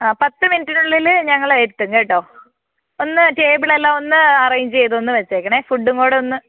ആ പത്ത് മിനിറ്റിനുള്ളിൽ ഞങ്ങൾ എത്തും കേട്ടോ ഒന്ന് ടേബിൾ എല്ലാമൊന്ന് അറേഞ്ച് ചെയ്തൊന്ന് വെച്ചേക്കണേ ഫുഡ്ഡും കൂടെ ഒന്ന്